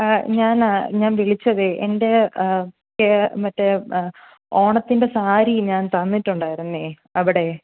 ഞാൻ ഞാൻ വിളിച്ചതേ എൻ്റെ മറ്റേ മറ്റേ ഓണത്തിൻ്റെ സാരി ഞാൻ തന്നിട്ടുണ്ടായിരുന്നേ അവിടെ